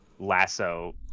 lasso